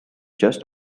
just